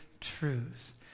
truth